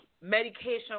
medication